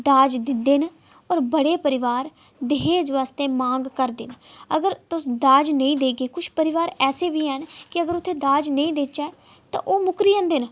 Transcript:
दाज दिंदे न और बड़े परोआर दाज आस्तै मांग करदे न अगर तुस दाज नेईं देगे किश परोआर ऐसे बी हैन कि अगर उत्थै दाज नेईं देह्चै तां ओह् मुक्करी जंदे न